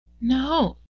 no